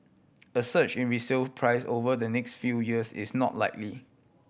a surge in resale price over the next few years is not likely